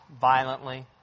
violently